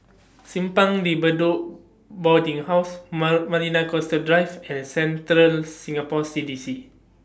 Simpang De Bedok Boarding House Ma Marina Coastal Drives and Central Singapore C D C